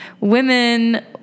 women